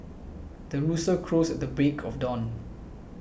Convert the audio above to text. the rooster crows the break of dawn